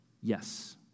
yes